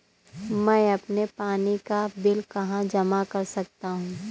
मैं अपने पानी का बिल कहाँ जमा कर सकता हूँ?